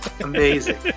Amazing